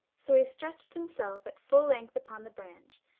so he stretched himself at full length upon the branch,